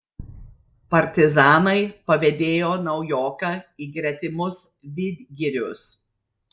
partizanai pavedėjo naujoką į gretimus vidgirius